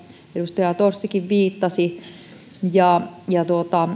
edustaja torstikin viittasi